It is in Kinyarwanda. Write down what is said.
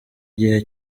gihe